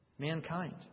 Mankind